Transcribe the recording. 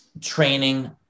training